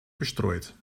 bestreut